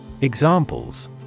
Examples